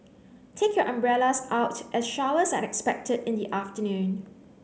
take your umbrellas out as showers are expected in the afternoon